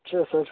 اچھا سر